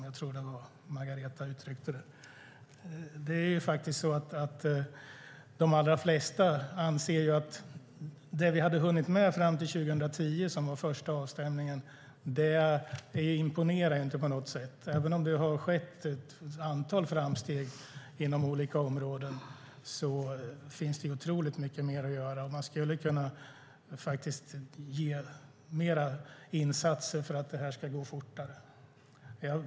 Jag tror att Margareta uttryckte det så. De allra flesta anser att det vi hade hunnit med fram till 2010, första avstämningen, imponerar inte på något sätt. Även om det har skett ett antal framsteg inom olika områden finns det otroligt mycket mer att göra. Fler insatser kan göras för att det ska gå fortare.